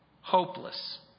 hopeless